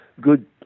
good